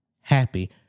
happy